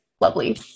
Lovely